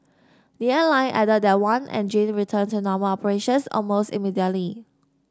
the airline added that one engine returned to normal operations almost immediately